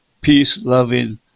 peace-loving